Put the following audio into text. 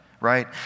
right